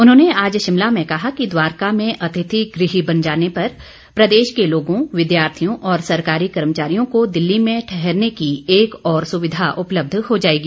उन्होंने आज शिमला में कहा कि द्वारका में अतिथि गृह बन जाने पर प्रदेश के लोगों विद्यार्थियों और सरकारी कर्मचारियों को दिल्ली में ठहरने की एक और सुविधा उपलब्ध हो जाएगी